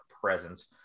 presence